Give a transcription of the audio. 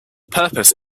purpose